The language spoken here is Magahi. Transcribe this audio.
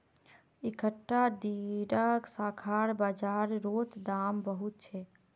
इकट्ठा दीडा शाखार बाजार रोत दाम बहुत छे